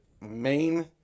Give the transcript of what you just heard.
main